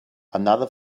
another